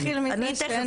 נתחיל מזה שאין